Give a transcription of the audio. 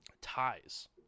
ties